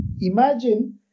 imagine